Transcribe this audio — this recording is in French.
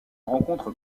rencontre